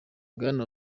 bwana